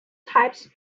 types